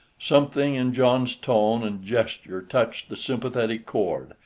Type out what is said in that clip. something in john's tone and gesture touched the sympathetic chord,